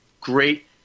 great